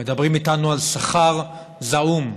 מדברים איתנו על שכר זעום,